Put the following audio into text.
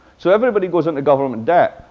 so everybody goes in to government debt.